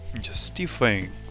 justifying